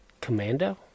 Commando